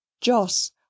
joss